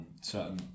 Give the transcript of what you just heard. certain